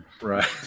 Right